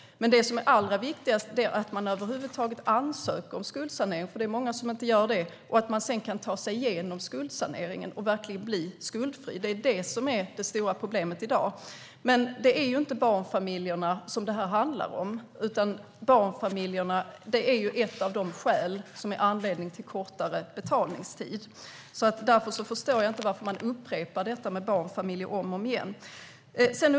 Men det som är allra viktigast är att man över huvud taget ansöker om skuldsanering, för det är många som inte gör det, och sedan kan ta sig igenom skuldsaneringen och verkligen bli skuldfri. Det är det stora problemet i dag. Det är inte barnfamiljerna som detta handlar om, utan barnfamilj är ett av skälen till kortare betalningstid. Därför förstår jag inte varför man upprepar detta med barnfamiljer om och om igen.